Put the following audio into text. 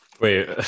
wait